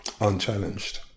unchallenged